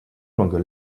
longer